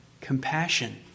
compassion